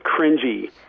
cringy